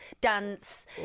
dance